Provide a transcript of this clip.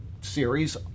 series